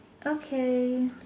okay